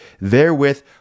therewith